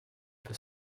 peut